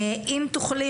אם תוכלי,